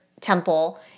temple